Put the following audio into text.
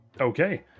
Okay